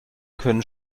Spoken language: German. können